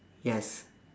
yes